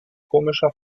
komischer